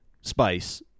spice